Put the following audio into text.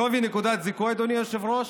שווי נקודת זיכוי, אדוני היושב-ראש,